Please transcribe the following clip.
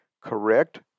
Correct